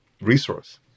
resource